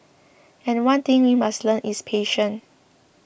and one thing we must learn is patience